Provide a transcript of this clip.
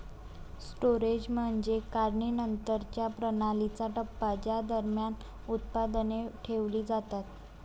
storage म्हणजे काढणीनंतरच्या प्रणालीचा टप्पा ज्या दरम्यान उत्पादने ठेवली जातात